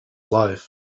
life